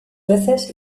veces